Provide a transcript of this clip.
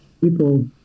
people